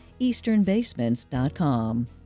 easternbasements.com